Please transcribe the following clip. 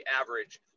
average